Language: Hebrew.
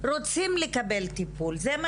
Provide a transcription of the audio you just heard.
רוצים לקבל טיפול, אתם שולחים אותם?